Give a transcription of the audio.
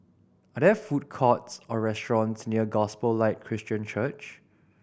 are there food courts or restaurants near Gospel Light Christian Church